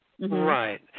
Right